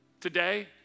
Today